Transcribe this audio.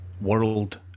world